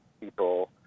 people